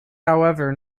however